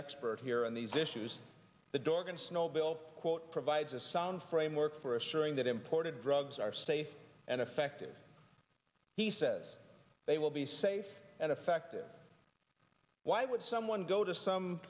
expert here on these issues the dorgan snow bill quote provides a sound framework for assuring that imported drugs are safe and effective he says they will be safe and effective why would someone go to some